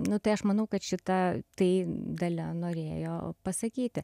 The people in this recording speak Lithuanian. nu tai aš manau kad šita tai dalia norėjo pasakyti